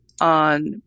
on